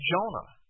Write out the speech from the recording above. Jonah